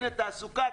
הנה, תעסוקה.